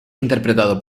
interpretado